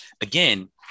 again